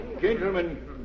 Gentlemen